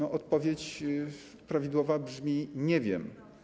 Odpowiedź prawidłowa brzmi: nie wiem.